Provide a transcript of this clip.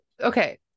okay